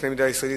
בקנה-מידה ישראלי,